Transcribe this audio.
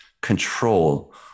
control